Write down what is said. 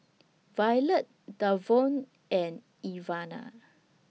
Violette Davon and Ivana